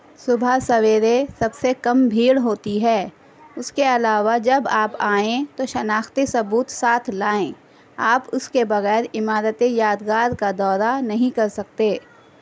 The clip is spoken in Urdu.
صبح سویرے سب سے کم بھیڑ ہوتی ہے اس کے علاوہ جب آپ آئیں تو شناختی ثبوت ساتھ لائیں آپ اس کے بغیر عمارت یادگار کا دورہ نہیں کر سکتے